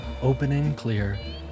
openandclear